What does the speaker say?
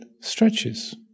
stretches